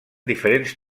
diferents